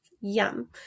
Yum